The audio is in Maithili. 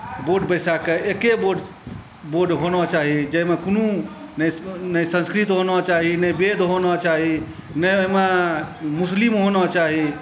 बोर्ड बैसाके एके बोर्ड होना चाही जाहिमे कोनो नहि संस्कृत होना चाही नहि वेद होना चाही नहि ओहिमे मुस्लिम होना चाही